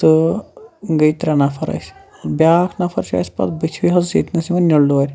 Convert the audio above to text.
تہٕ گے ترےٚ نَفَر اسہِ بیاکھ نفر چھُ اسہ پتہٕ بٕتھِ حظ ییٚتنَس یِوان نِلڈورِ